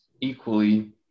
equally